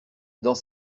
dans